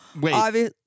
Wait